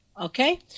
okay